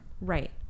Right